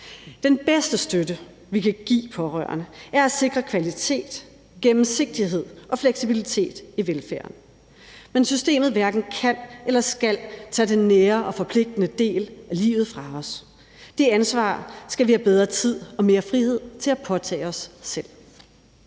Den bedste støtte, vi kan give pårørende, er at sikre kvalitet, gennemsigtighed og fleksibilitet i velfærden. Men systemet hverken kan eller skal tage den nære og forpligtende del af livet fra os. Det ansvar skal vi have bedre tid og mere frihed til at påtage os selv.